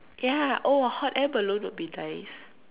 ya oh hot air balloon would be nice